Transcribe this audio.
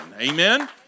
Amen